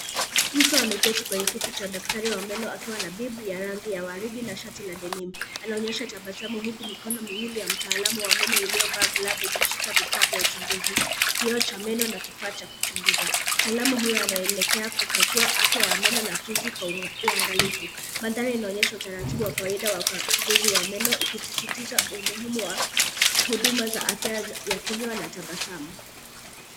Mtu ameketi kwenye kiti cha daktari wa meno akiwa na bibi ya rangi ya waridi na shati la denim . Anaonyesha tabasamu huku mikono miwili ya mtaalamu wa meno iliyo bag glavu ikishika vifaa vya uchunguzi, kioo cha meno na kifaa cha kuchunguza. Mtaalamu huyo anaelekea kukagua afya ya meno na fizi kwa uangalifu. Mandhari inaonyesha utaratibu wa kawaida wa ukaguzi wa meno ikisisitiza umuhimu wa huduma za afya ya kinywa na tabasamu.